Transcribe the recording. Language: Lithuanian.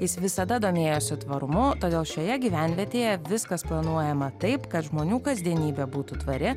jis visada domėjosi tvarumu todėl šioje gyvenvietėje viskas planuojama taip kad žmonių kasdienybė būtų tvari